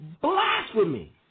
blasphemy